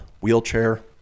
wheelchair